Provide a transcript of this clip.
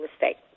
mistake